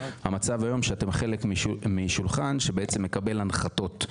אתם היום חלק משולחן שמקבל הנחתות,